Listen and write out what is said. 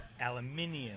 Aluminium